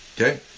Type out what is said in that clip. Okay